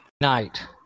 night